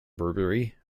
brewery